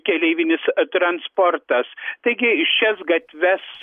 keleivinis transportas taigi šias gatves